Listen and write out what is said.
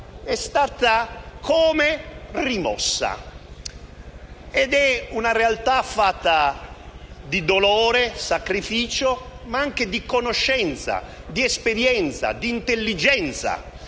è stata come rimossa, ed è una realtà fatta di dolore, sacrificio, ma anche di conoscenza, di esperienza e di intelligenza.